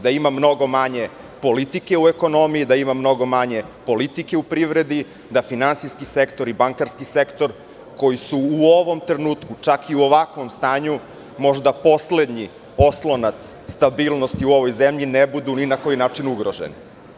Da ima mnogo manje politike u ekonomiji, da ima mnogo manje politike u privredi, da finansijski sektor i bankarski sektor koji su u ovom trenutku, čak i u ovakvom stanju možda poslednji oslonac stabilnosti u ovoj zemlji, ne budu ni na koji način ugroženi.